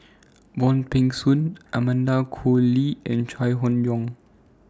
Wong Peng Soon Amanda Koe Lee and Chai Hon Yoong